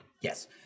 Yes